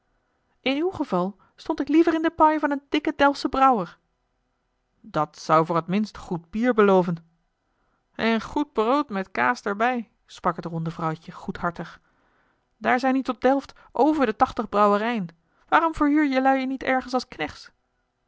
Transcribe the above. geval stond ik liever in de paye van een dikken delftschen brouwer dat zou voor t minst goed bier beloven en goed brood met kaas daarbij sprak het ronde vrouwtje goedhartig daar zijn hier tot delft over de tachtig brouwerijen waarom verhuur jelui je niet ergens als